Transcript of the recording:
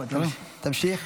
הרשות החדשה,